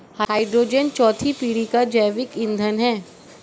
hydrogen चौथी पीढ़ी का जैविक ईंधन है